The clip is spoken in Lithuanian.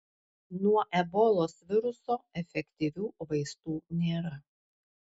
nuo ebolos viruso efektyvių vaistų nėra